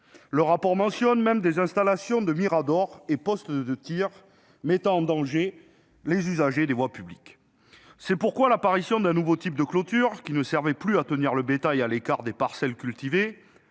Le rapport mentionne même des installations de miradors et postes de tir mettant en danger les usagers des voies publiques. C'est pourquoi l'apparition d'un nouveau type de clôtures, qui ne servait plus à tenir le bétail à l'écart des parcelles cultivées,